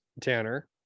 tanner